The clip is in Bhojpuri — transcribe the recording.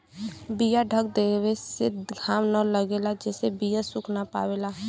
बीया ढक देवे से घाम न लगेला जेसे बीया सुख ना पावला